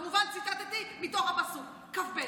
כמובן ציטטתי מתוך הפסוק, כ"ב.